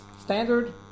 standard